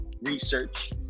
research